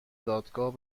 دادگاه